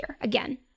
Again